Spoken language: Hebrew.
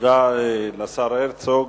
תודה לשר הרצוג.